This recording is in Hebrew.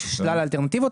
על שלל האלטרנטיבות.